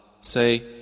Say